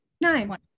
nine